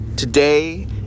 Today